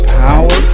power